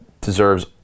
deserves